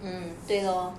嗯对咯